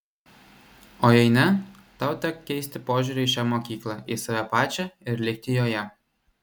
o jei ne tau tek keisti požiūrį į šią mokyklą į save pačią ir likti joje